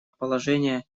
положение